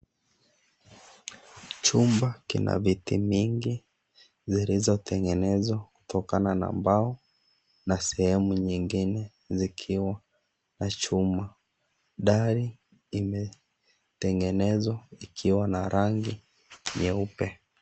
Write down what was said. Chumba kina viti mingi zilizotengenezwa kutokana na mbao na sehemu nyingine zikiwa na chuma, ndani imetengenezwa ikiwa na rangi nyeupe.